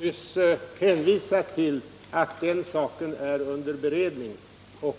Herr talman! Jag har nyss sagt att den saken är under beredning.